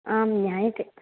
आम् ज्ञायते